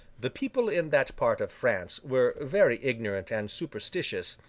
the people in that part of france were very ignorant and superstitious,